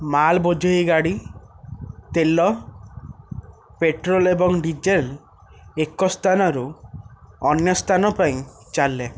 ମାଲବୋଝେଇ ଗାଡ଼ି ତେଲ ପେଟ୍ରୋଲ ଏବଂ ଡିଜେଲ ଏକ ସ୍ଥାନରୁ ଅନ୍ୟ ସ୍ଥାନ ପାଇଁ ଚାଲେ